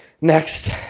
next